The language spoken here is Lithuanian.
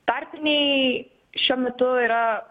tarpiniai šiuo metu yra